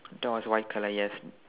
door is white colour yes